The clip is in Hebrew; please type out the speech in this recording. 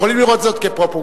יכולים לראות זאת כפרופגנדה,